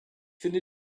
finde